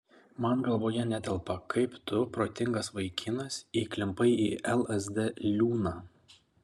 man galvoje netelpa kaip tu protingas vaikinas įklimpai į lsd liūną